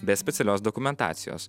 be specialios dokumentacijos